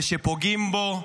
ושפוגעים בו,